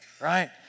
right